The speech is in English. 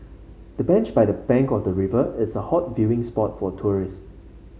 the bench by the bank of the river is a hot viewing spot for tourists